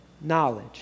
knowledge